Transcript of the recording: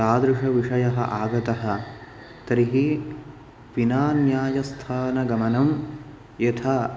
तादृशविषयः आगतः तर्हि विना न्यायस्थानगमनं यथा